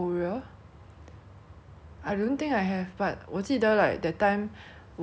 我去的时候 then 我们一只有叫那个炸鸡 you know like the korean fried chicken